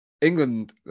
England